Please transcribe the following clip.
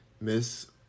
Miss